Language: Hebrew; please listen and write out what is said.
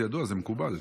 זה ידוע, זה מקובל.